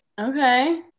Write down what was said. Okay